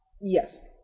yes